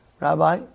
Rabbi